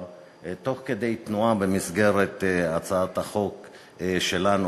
תוך כדי תנועה במסגרת הצעת החוק שלנו,